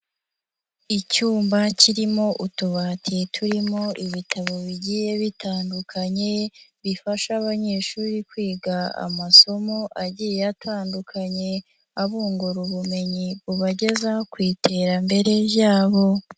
Icyumba kirimo utubati turimo ibitabo bigiye bitandukanye, bifasha abanyeshuri kwiga amasomo agiye atandukanye, abungura ubumenyi bu ubageza ku iterambere ryabo.